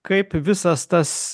kaip visas tas